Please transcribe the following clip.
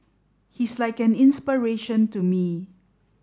he's like an inspiration to me